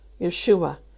Yeshua